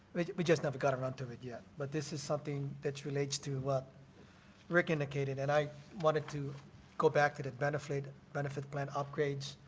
we just not have gotten around to it yet. but this is something that relates to what rick indicated and i wanted to go back to that benefit, benefit plan upgrades.